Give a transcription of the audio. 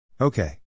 Okay